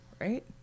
right